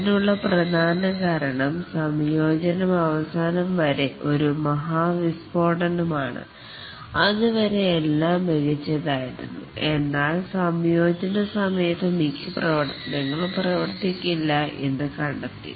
അതിനുള്ള പ്രധാന കാരണം സംയോജനം അവസാനം വരെ ഒരു മഹാവിസ്ഫോടനം ആണ് അതുവരെ എല്ലാം മികച്ചതായിരുന്നു എന്നാൽ സംയോജന സമയത്ത് മിക്ക പ്രവർത്തനങ്ങളും പ്രവർത്തിക്കുന്നില്ലെന്ന് കണ്ടെത്തി